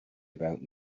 about